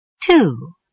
Two